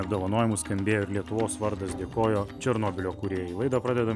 apdovanojimus skambėjo ir lietuvos vardas dėkojo černobylio kūrėjai laidą pradedam